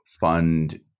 fund